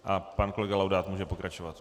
A pan kolega Laudát může pokračovat.